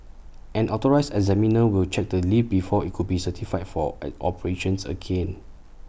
an authorised examiner will check the lift before IT could be certified for and operations again